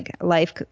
life